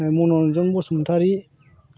Manoranjan Basumatary